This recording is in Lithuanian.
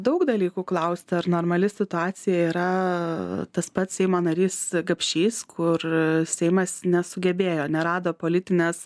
daug dalykų klausti ar normali situacija yra tas pats seimo narys gapšys kur seimas nesugebėjo nerado politinės